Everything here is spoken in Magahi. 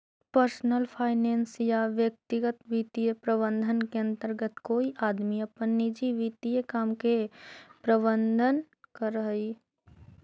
पर्सनल फाइनेंस या व्यक्तिगत वित्तीय प्रबंधन के अंतर्गत कोई आदमी अपन निजी वित्तीय काम के प्रबंधन करऽ हई